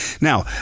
Now